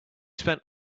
spent